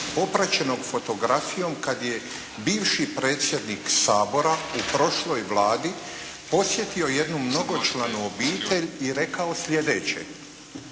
popraćenog fotografijom kad je bivši predsjednik Sabora u prošloj Vladi posjetio jednu mnogočlanu obitelj i rekao sljedeće: